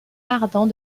ardent